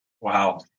Wow